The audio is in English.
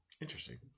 interesting